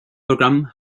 programm